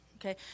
okay